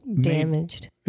damaged